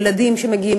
ילדים שמגיעים,